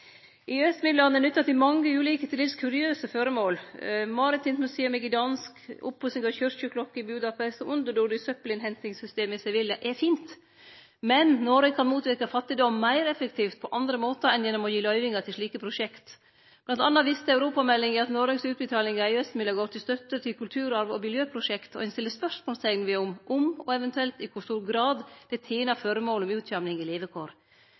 EØS-midlane er nytta til mange ulike, til dels kuriøse føremål. Maritimt museum i Gdansk, oppussing av kyrkjeklokke i Budapest og underjordisk søppelhentingssystem i Sevilla er fint, men Noreg kan motverke fattigdom meir effektivt på andre måtar enn gjennom å gi løyvingar til slike prosjekt. Blant anna viste europameldinga at Noregs utbetaling av EØS-midlar går til støtte til kulturarv og miljøprosjekt, og ein set spørsmålsteikn ved om – og eventuelt i kor stor grad – det tener føremålet om utjamning i levekår.